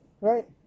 right